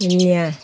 शून्य